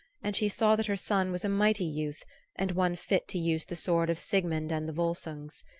and she saw that her son was a mighty youth and one fit to use the sword of sigmund and the volsungs.